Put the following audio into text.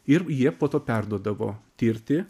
ir jie po to perduodavo tirti